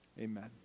amen